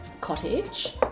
cottage